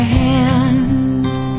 hands